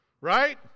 right